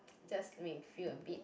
just make me feel a bit